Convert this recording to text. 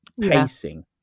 pacing